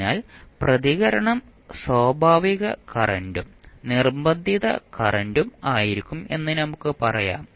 അതിനാൽ പ്രതികരണം സ്വാഭാവിക കറന്റും നിർബന്ധിത കറന്റും ആയിരിക്കും എന്ന് നമുക്ക് പറയാം